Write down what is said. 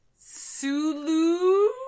Sulu